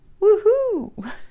Woohoo